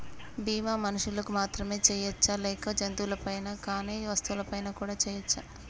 బీమా మనుషులకు మాత్రమే చెయ్యవచ్చా లేక జంతువులపై కానీ వస్తువులపై కూడా చేయ వచ్చా?